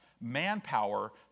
manpower